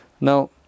Now